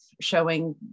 showing